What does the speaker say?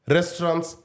Restaurants